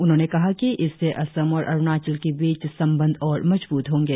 उन्होंने कहा कि इससे असम और अरुणाचल के बीच संबंध और मजबूत होंगे